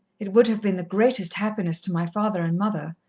it would have been the greatest happiness to my father and mother,